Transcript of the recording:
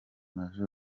maj